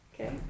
Okay